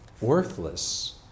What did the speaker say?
worthless